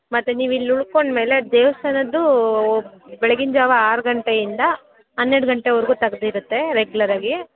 ಮತ್ತೆ ನೀವಿಲ್ಲಿ ಉಳ್ಕೊಂಡ್ಮೇಲೆ ದೇವಸ್ಥಾನದ್ದೂ ಬೆಳಗಿನ ಜಾವ ಆರು ಗಂಟೆಯಿಂದ ಹನ್ನೆರಡು ಗಂಟೆವರೆಗು ತೆಗ್ದಿರುತ್ತೆ ರೆಗ್ಯುಲರಾಗಿ